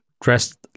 dressed